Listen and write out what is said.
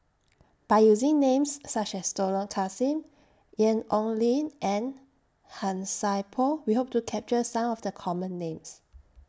By using Names such as Dollah Kassim Ian Ong Li and Han Sai Por We Hope to capture Some of The Common Names